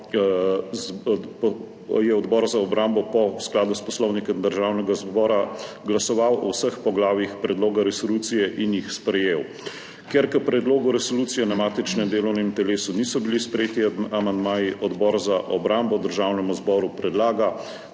je Odbor za obrambo v skladu s Poslovnikom Državnega zbora glasoval o vseh poglavjih predloga resolucije in jih sprejel. Ker k predlogu resolucije na matičnem delovnem telesu niso bili sprejeti amandmaji, Odbor za obrambo Državnemu zboru predlaga,